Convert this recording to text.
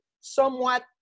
somewhat